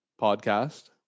podcast